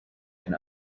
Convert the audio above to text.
can